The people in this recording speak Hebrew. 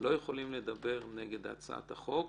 לא יכולים לדבר נגד הצעת החוק.